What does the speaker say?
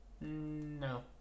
No